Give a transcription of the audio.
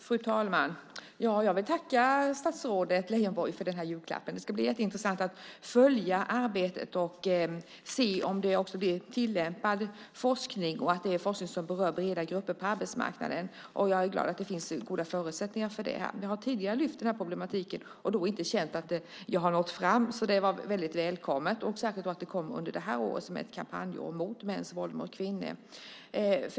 Fru talman! Jag vill tacka statsrådet Leijonborg för julklappen. Det ska bli jätteintressant att följa arbetet och se om det blir tillämpad forskning och forskning som berör breda grupper på arbetsmarknaden. Jag är glad att det finns goda förutsättningar för det. Jag har tidigare lyft upp den här problematiken och då inte känt att jag har nått fram. Det var därför väldigt välkommet, och särskilt att det kom under det här året, som är ett kampanjår mot mäns våld mot kvinnor.